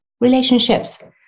Relationships